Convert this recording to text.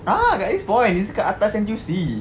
ah kat eastpoint it's kat atas N_T_U_C